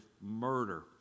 murder